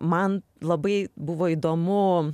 man labai buvo įdomu